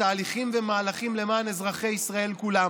תהליכים ומהלכים למען אזרחי ישראל כולם